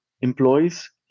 employees